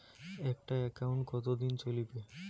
একটা একাউন্ট কতদিন চলিবে?